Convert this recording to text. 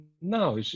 now